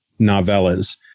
novellas